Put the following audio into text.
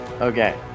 Okay